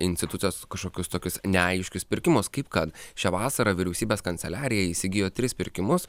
institutas kažkokius tokius neaiškius pirkimus kaip kad šią vasarą vyriausybės kanceliarija įsigijo tris pirkimus